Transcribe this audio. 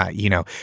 ah you know,